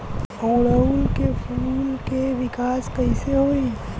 ओड़ुउल के फूल के विकास कैसे होई?